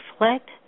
reflect